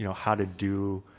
you know how to do